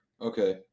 Okay